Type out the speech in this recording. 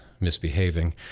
misbehaving